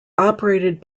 operated